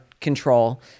control